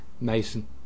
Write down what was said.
Mason